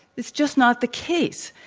it's just not the case.